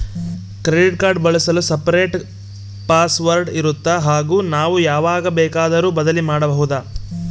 Credit card ಬಳಸಲು separate password ಇರುತ್ತಾ ಹಾಗೂ ನಾವು ಯಾವಾಗ ಬೇಕಾದರೂ ಬದಲಿ ಮಾಡಬಹುದಾ?